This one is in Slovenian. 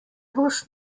boš